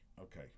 Okay